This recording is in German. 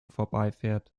vorbeifährt